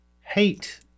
hate